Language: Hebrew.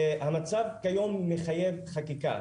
המצב כיום מחייב חקיקה,